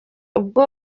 ubwo